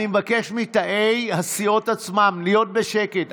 אני מבקש מתאי הסיעות עצמן להיות בשקט.